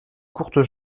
courtes